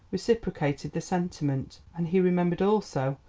reciprocated the sentiment. and he remembered also,